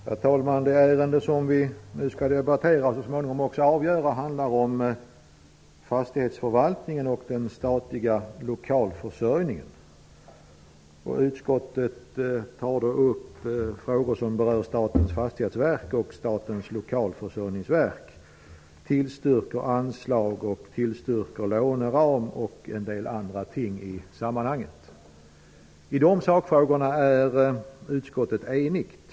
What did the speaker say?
Herr talman! Det ärende som vi nu skall debattera och så småningom också avgöra handlar om fastighetsförvaltningen och den statliga lokalförsörjningen. Utskottet tar upp frågor som berör Statens fastighetsverk och Statens lokalförsörjningsverk, tillstyrker anslag, tillstryker låneram och en del andra ting i sammanhanget. I dessa sakfrågor är utskottet enigt.